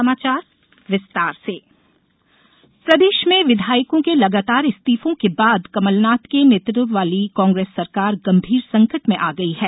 सिंधिया इस्तीफा प्रदेश में विधायकों के लगातार इस्तीफों के बाद कमलनाथ के नेतृत्व वाली कांग्रेस सरकार गंभीर संकट में आ गयी है